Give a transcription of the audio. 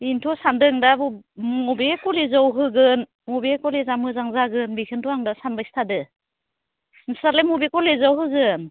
बेन्थ' सान्दों दा मबे कलेजाव होगोन मबे कलेजा मोजां जागोन बेखोनो आं दा सानबाय थादो नोंस्रालाय मबे कलेजाव होगोन